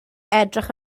edrych